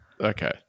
Okay